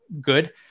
good